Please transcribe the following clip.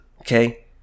okay